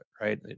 right